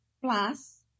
plus